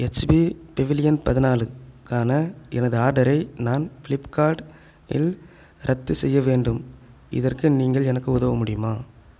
HP Pavilion பதினாலுக்கான எனது ஆர்டரை நான் ஃப்ளிப்கார்ட் இல் ரத்து செய்ய வேண்டும் இதற்கு நீங்கள் எனக்கு உதவ முடியுமா